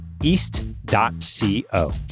East.co